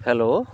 hello